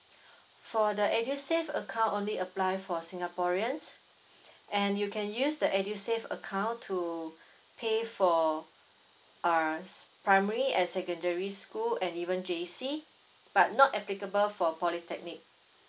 for the edusave acount only apply for singaporeans and you can use the edusave account to pay for err primary and secondary school and even J_C but not applicable for polytechnic